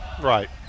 Right